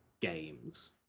games